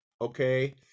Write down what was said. okay